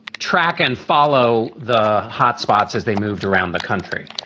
track and follow the hot spots as they moved around the country.